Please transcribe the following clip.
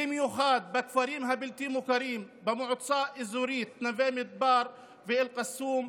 במיוחד בכפרים הבלתי-מוכרים במועצות אזוריות נווה מדבר ואל קסום,